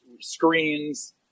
screens